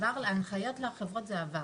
ההנחיות לחברות זה עבר.